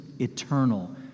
eternal